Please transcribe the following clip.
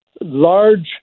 large